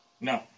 No